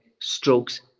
strokes